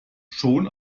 schon